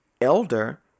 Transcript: elder